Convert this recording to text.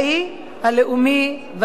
הלאומי והאזרחי.